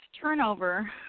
turnover